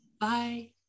Bye